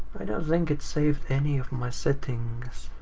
i don't think it saved any of my settings.